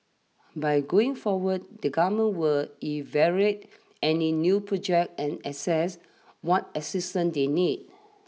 but going forward the Government were evaluate any new projects and assess what assistance they need